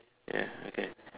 ya okay